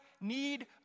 need